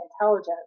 intelligence